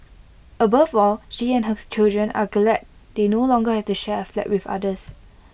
above all she and hers children are glad they no longer have to share A flat with others